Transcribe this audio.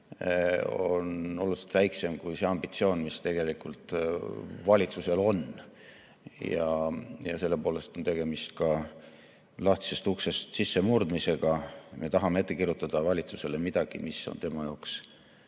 on oluliselt väiksem kui see ambitsioon, mis tegelikult valitsusel on. Selles mõttes on tegemist ka lahtisest uksest sissemurdmisega. Me tahame ette kirjutada valitsusele midagi, mis on tema jaoks